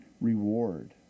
reward